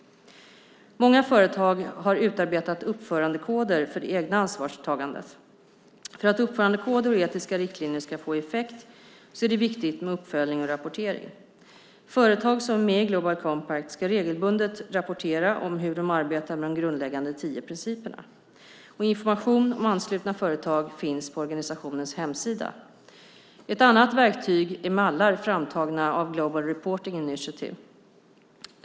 Många företag har utarbetat uppförandekoder för det egna ansvarstagandet. För att uppförandekoder och etiska riktlinjer ska få effekt är det viktigt med uppföljning och rapportering. Företag som är med i Global Compact ska regelbundet rapportera om hur de arbetar med de grundläggande tio principerna. Information om anslutna företag finns på organisationens hemsida. Ett annat verktyg är mallar framtagna av Global Reporting Initiative, GRI.